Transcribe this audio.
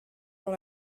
dans